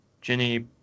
Jenny